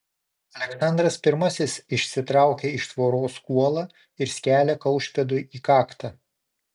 aleksandras pirmasis išsitraukia iš tvoros kuolą ir skelia kaušpėdui į kaktą